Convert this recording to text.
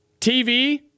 TV